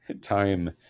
time